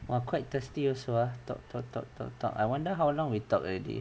!wah! quite thirsty also ah talk talk talk talk talk I wonder how long we talk already